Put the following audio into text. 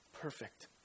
perfect